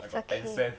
it's okay